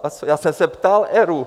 A já jsem se ptal ERÚ.